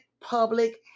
public